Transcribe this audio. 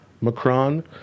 Macron